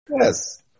Yes